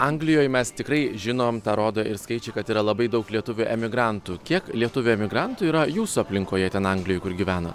anglijoj mes tikrai žinom tą rodo ir skaičiai kad yra labai daug lietuvių emigrantų kiek lietuvių emigrantų yra jūsų aplinkoje ten anglijoj kur gyvena